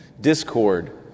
discord